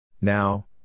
Now